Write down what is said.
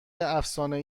افسانه